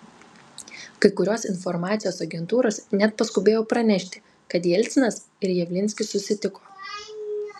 kai kurios informacijos agentūros net paskubėjo pranešti kad jelcinas ir javlinskis susitiko